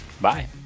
Bye